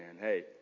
hey